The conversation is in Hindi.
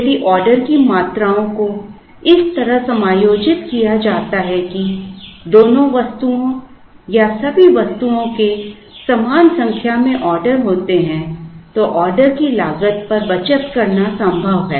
यदि ऑर्डर की मात्राओं को इस तरह समायोजित किया जाता है कि दोनों वस्तुओं या सभी वस्तुओं के समान संख्या में ऑर्डर होते हैं तो ऑर्डर की लागत पर बचत करना संभव है